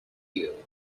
you